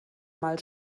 mal